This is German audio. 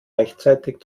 rechtzeitig